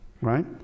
right